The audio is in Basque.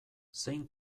zein